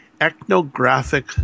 ethnographic